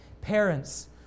Parents